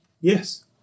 Yes